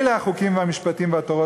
נא לסיים.